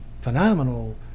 phenomenal